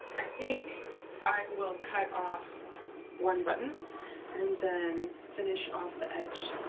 i think i will cut off one button and then finish off the edge